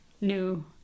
new